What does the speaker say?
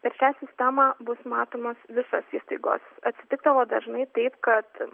per šią sistemą bus matomos visos įstaigos atsitikdavo dažnai taip kad